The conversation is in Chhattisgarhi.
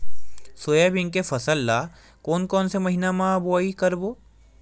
सोयाबीन के फसल ल कोन कौन से महीना म बोआई करबो?